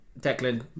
Declan